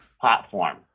platform